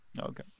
okay